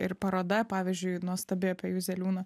ir paroda pavyzdžiui nuostabi apie juzeliūną